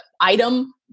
item